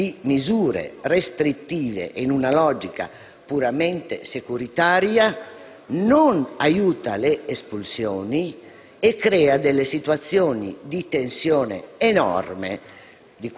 da misure restrittive e da una logica puramente securitaria, che non aiuta le espulsioni e crea situazioni di enorme